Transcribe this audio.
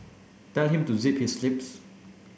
tell him to zip his lips